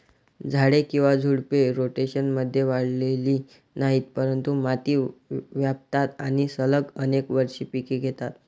झाडे किंवा झुडपे, रोटेशनमध्ये वाढलेली नाहीत, परंतु माती व्यापतात आणि सलग अनेक वर्षे पिके घेतात